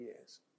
years